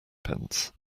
pence